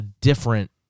different